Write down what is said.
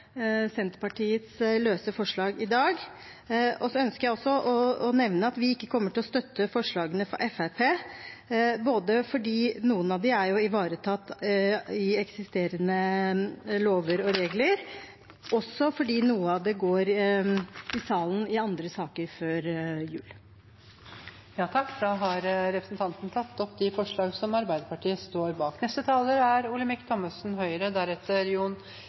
Senterpartiets løse forslag i dag. Jeg ønsker også å nevne at vi ikke kommer til å støtte forslagene fra Fremskrittspartiet, både fordi noen av dem er ivaretatt i eksisterende lover og regler, og fordi noe av det går i salen i andre saker før jul. Da har representanten Siri Gåsemyr Staalesen tatt opp de